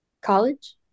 college